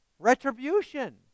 Retribution